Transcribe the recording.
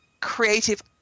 creative